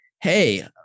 hey